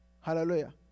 hallelujah